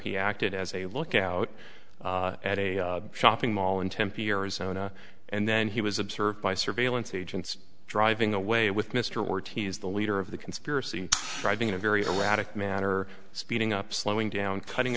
he acted as a lookout at a shopping mall in tempe arizona and then he was observed by surveillance agents driving away with mr or tease the leader of the conspiracy driving in a very erratic manner speeding up slowing down cutting